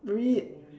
read